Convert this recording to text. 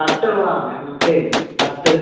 തട്ടുള്ളതാവണെ മനസ്സിലായില്ലേ തട്ട്